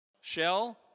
shell